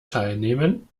teilnehmen